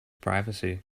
privacy